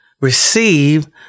Receive